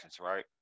right